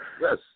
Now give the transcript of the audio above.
Yes